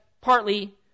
partly